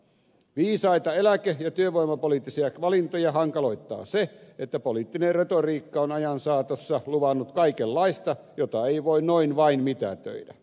viisaita eläke ja työvoimapoliittisia valintoja hankaloittaa se että poliittinen retoriikka on ajan saatossa luvannut kaikenlaista jota ei voi noin vain mitätöidä